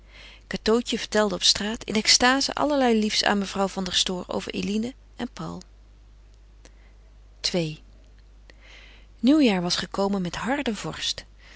cateautje vertelde op straat in extaze allerlei liefs aan mevrouw van der stoor over eline en paul ii nieuwjaar was gekomen met harde vorst